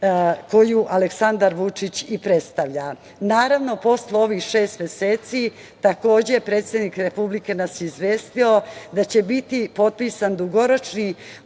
koju Aleksandar Vučić i predstavlja. Naravno, posle ovi šest meseci, takođe predsednik Republike nas je izvestio da će biti potpisan dugoročni